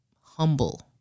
humble